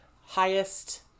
highest